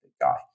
guy